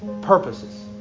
purposes